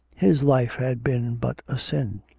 his life had been but a sin,